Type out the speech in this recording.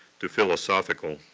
to philosophical,